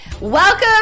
welcome